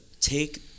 take